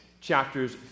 chapters